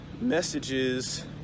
messages